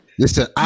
Listen